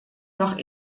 doch